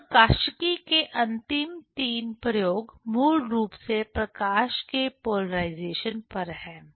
तो प्रकाशिकी में अंतिम तीन प्रयोग मूल रूप से प्रकाश के पोलराइजेशन पर हैं